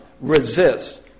resists